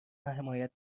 حمایت